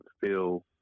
feel